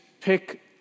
pick